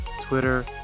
Twitter